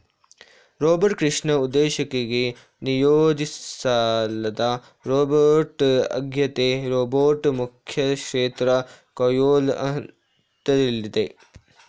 robot ಕೃಷಿ ಉದ್ದೇಶಕ್ಕೆ ನಿಯೋಜಿಸ್ಲಾದ ರೋಬೋಟ್ಆಗೈತೆ ರೋಬೋಟ್ ಮುಖ್ಯಕ್ಷೇತ್ರ ಕೊಯ್ಲು ಹಂತ್ದಲ್ಲಿದೆ